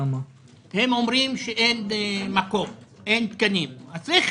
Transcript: הם אומרים שאין תקנים, אז צריך